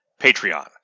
Patreon